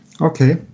Okay